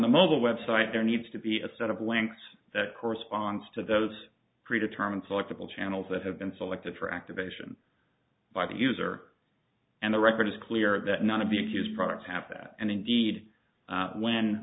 the mobile web site there needs to be a set of links that corresponds to those pre determined selectable channels that have been selected for activation by the user and the record is clear that none of the accused products have that and indeed when wi